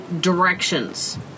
directions